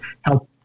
help